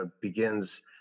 begins